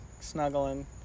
snuggling